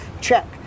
Check